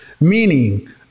meaning